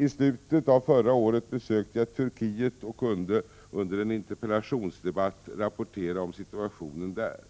I slutet av förra året besökte jag Turkiet, och jag kunde under en interpellationsdebatt rapportera om situationen där.